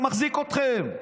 מחזיק אתכם,